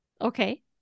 Okay